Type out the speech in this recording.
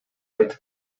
айтып